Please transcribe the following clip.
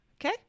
Okay